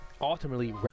ultimately